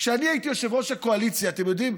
כשאני הייתי יושב-ראש הקואליציה, אתם יודעים,